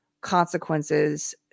consequences